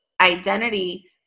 identity